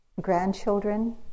grandchildren